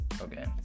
Okay